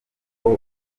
uwo